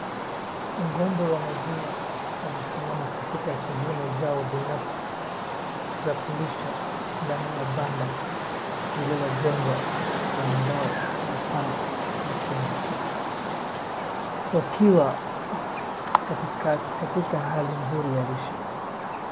Ngo'mbe wa maziwa wamesimama katika sehemu zao binafsi za kulisha ndani ya banda lililojengwa kwa mbao na paa la chuma. Wakiwa katika hali nzuri ya lishe.